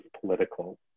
political